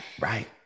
right